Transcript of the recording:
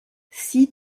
six